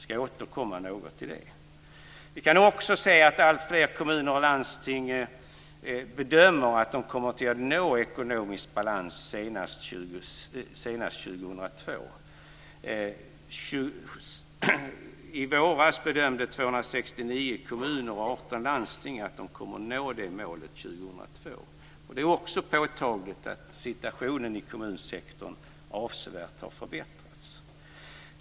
Jag återkommer till det. Vi kan också se att alltfler kommuner och landsting bedömer att de kommer att nå ekonomisk balans senast 2002. I våras bedömde 269 kommuner och 18 landsting att de kommer att nå det målet 2002. Det är också påtagligt att situationen i kommunsektorn avsevärt har förbättrats.